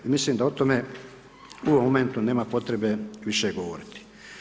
I mislim da o tome u ovom momentu nema potrebe više govoriti.